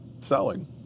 selling